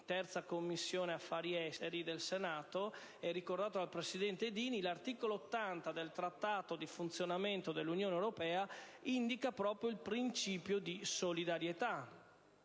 in Commissione affari esteri del Senato, e ricordato dal presidente Dini, l'articolo 80 del Trattato sul funzionamento dell'Unione europea indica proprio il principio di solidarietà,